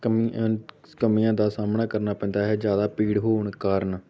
ਕਮੀਆਂ ਕਮੀਆਂ ਦਾ ਸਾਹਮਣਾ ਕਰਨਾ ਪੈਂਦਾ ਹੈ ਜ਼ਿਆਦਾ ਭੀੜ ਹੋਣ ਕਾਰਣ